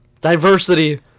diversity